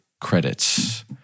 credits